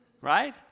right